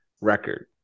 record